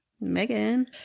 Megan